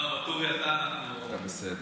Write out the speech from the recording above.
אתה בסדר.